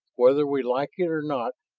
whether we like it or not,